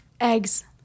Eggs